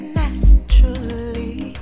naturally